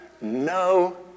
no